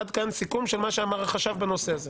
עד כאן סיכום של מה שאמר החשב בנושא הזה.